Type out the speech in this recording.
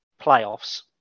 playoffs